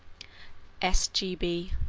s. g. b.